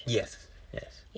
yes yes